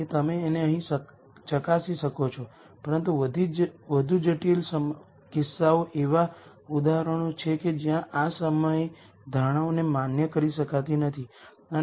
અને આપણે એમ માની રહ્યા છીએ કે આ મેટ્રિક્સ n બાય n છે ત્યાં n રીયલ આઇગન વૅલ્યુઝ હશે જેનાં r 0 છે